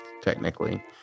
technically